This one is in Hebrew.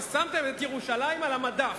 שמתם את ירושלים על המדף.